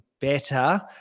better